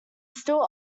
still